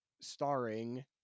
starring